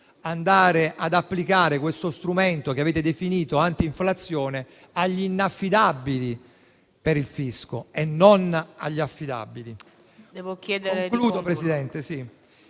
andare ad applicare questo strumento, che avete definito anti-inflazione, agli inaffidabili per il fisco e non agli affidabili.